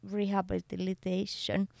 rehabilitation